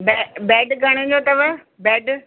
ब बेड घणे जो अथव बेड